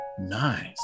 Nice